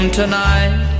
tonight